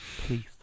Please